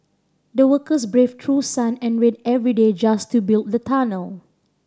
the workers braved through sun and rain every day just to build the tunnel